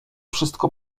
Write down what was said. wszystko